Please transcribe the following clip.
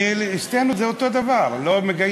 אני, שתיהן אותו דבר, לא?